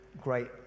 great